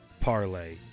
parlay